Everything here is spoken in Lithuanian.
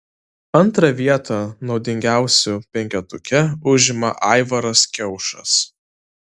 antrą vietą naudingiausių penketuke užima aivaras kiaušas